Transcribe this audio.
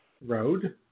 Road